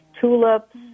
tulips